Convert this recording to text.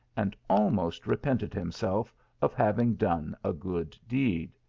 and almost repented himself of having done a good deed.